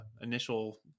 initial